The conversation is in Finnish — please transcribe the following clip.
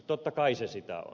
totta kai se sitä on